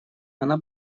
она